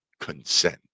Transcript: consent